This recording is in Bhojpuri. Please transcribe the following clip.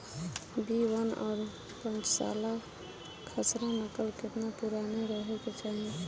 बी वन और पांचसाला खसरा नकल केतना पुरान रहे के चाहीं?